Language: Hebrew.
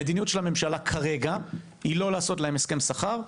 המדיניות של הממשלה כרגע היא לא לעשות להם הסכם שכר,